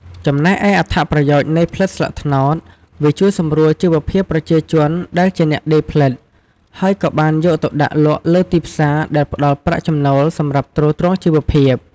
ចំំណែកឯអត្ថប្រយោជន៍នៃផ្លិតស្លឹកត្នោត វាជួយសម្រួលជីវភាពប្រជាជនដែលជាអ្នកដេរផ្លិត ហើយក៏បានយកទៅដាក់លក់លើទីផ្សារដែលផ្តល់ប្រាក់ចំណូលសម្រាប់ទ្រទ្រង់ជីវភាព។